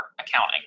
accounting